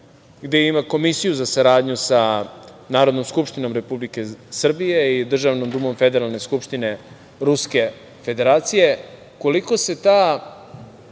gde ima Komisiju za saradnju sa Narodnom skupštinom Republike Srbije i Državnom Dumom Federalne Skupštine Ruske Federacije kolika se ta,